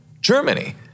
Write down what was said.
Germany